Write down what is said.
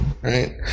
Right